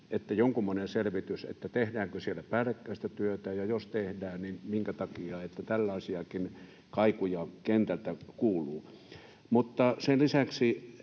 että jonkunmoinen selvitys, tehdäänkö siellä päällekkäistä työtä ja jos tehdään, niin minkä takia, koska tällaisiakin kaikuja kentältä kuuluu. Mutta sen lisäksi,